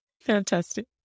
fantastic